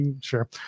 sure